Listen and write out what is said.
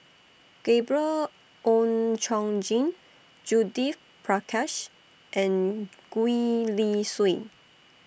Gabriel Oon Chong Jin Judith Prakash and Gwee Li Sui